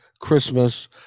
christmas